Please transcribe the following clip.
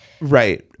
right